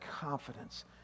confidence